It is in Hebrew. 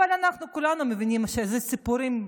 אבל אנחנו כולנו מבינים שאלה סיפורים,